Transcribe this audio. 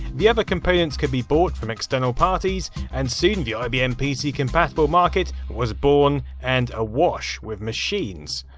the other components could be bought from external parties, and soon the ibm pc compatible market was born, and awash with machines.